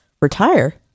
retire